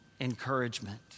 encouragement